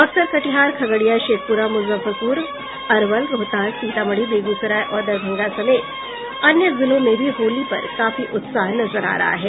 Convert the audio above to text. बक्सर कटिहार खगड़िया शेखप्रा मुजफ्फरपुर अरवल रोहतास सीतामढ़ी बेगूसराय और दरभंगा समेत अन्य जिलों में भी होली पर काफी उत्साह नजर आ रहा है